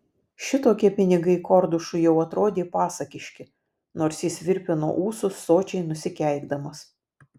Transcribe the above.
šitokie pinigai kordušui jau atrodė pasakiški nors jis virpino ūsus sočiai nusikeikdamas